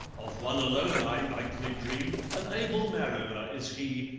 of one alone i nightly dream, an able mariner is he,